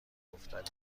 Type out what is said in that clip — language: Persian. افتادیم